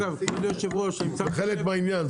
זה חלק מהעניין.